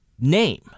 name